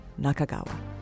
Nakagawa